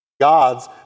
gods